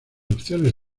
opciones